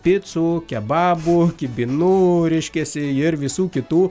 picų kebabų kibinų reiškiasi ir visų kitų